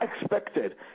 expected